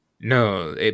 No